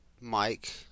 Mike